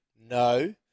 No